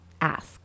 ask